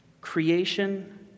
Creation